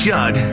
Judd